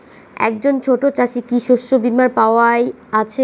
একজন ছোট চাষি কি শস্যবিমার পাওয়ার আছে?